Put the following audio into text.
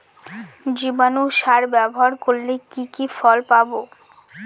জীবাণু সার ব্যাবহার করলে কি কি ফল পাবো?